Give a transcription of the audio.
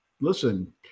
listen